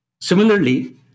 Similarly